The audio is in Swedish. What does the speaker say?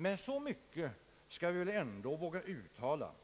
Men så mycket skall vi väl ändå våga uttala som